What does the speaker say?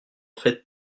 faites